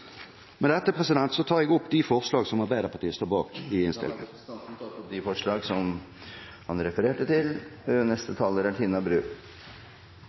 Med dette tar jeg opp de forslag som Arbeiderpartiet sammen med andre står bak i innstillingen. Representanten Per Rune Henriksen har tatt opp de forslagene han refererte til.